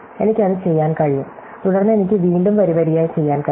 എനിക്ക് അത് ചെയ്യാൻ കഴിയും തുടർന്ന് എനിക്ക് വീണ്ടും വരിവരിയായി ചെയ്യാൻ കഴിയും